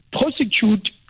prosecute